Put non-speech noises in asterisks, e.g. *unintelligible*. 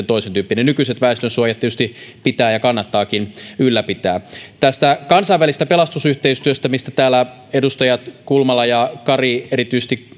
*unintelligible* toisentyyppinen nykyiset väestönsuojat tietysti pitää ja kannattaakin ylläpitää tästä kansainvälisestä pelastusyhteistyöstä mistä täällä edustajat kulmala ja kari erityisesti *unintelligible*